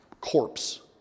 corpse